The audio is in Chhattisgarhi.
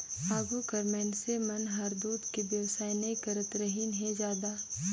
आघु कर मइनसे मन हर दूद के बेवसाय नई करतरहिन हें जादा